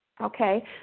Okay